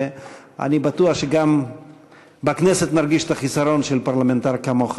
אני בטוח שגם בכנסת נרגיש את החיסרון של פרלמנטר כמוך,